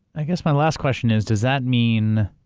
i guess my last question is, does that mean